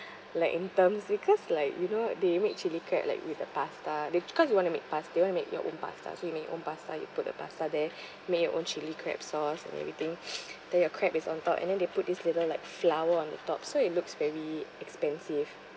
like in terms because like you know they made chilli crab like with a pasta they cause you want to make pas~ you want to make your own pasta so you make your own pasta you put a pasta there make your own chilli crab sauce and everything then your crab is on top and then they put this little like flower on the top so it looks very expensive